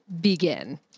Begin